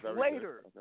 later